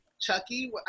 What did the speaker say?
Chucky